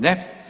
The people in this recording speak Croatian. Ne.